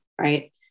right